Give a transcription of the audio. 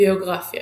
ביוגרפיה